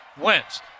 Wentz